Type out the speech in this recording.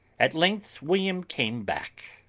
at length william came back,